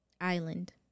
Island